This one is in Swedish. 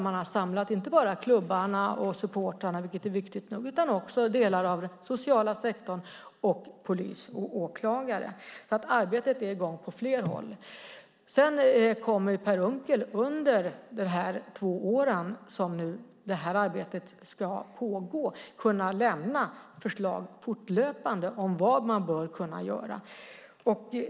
Man har samlat inte bara klubbarna och supportrarna, vilket är viktigt nog, utan också delar av den sociala sektorn samt polis och åklagare. Arbetet är i gång på flera håll. Sedan kommer Per Unckel under de två år som det här arbetet ska pågå att kunna lämna förslag fortlöpande om vad man bör kunna göra.